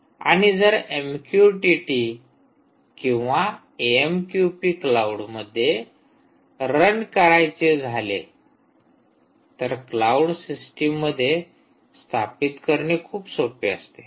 आणि जर एमक्यूटीटी किंवा एएमक्यूपी क्लाऊड मध्ये रन करायचे झाले तर क्लाऊड सिस्टीम मध्ये स्थापित करणे खूप सोपे असते